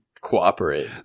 cooperate